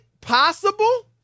possible